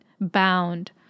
bound